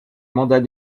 mandat